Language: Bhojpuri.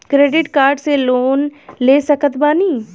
क्रेडिट कार्ड से लोन ले सकत बानी?